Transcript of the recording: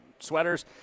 Sweaters